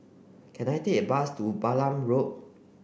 can I take a bus to Balam Road